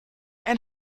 ein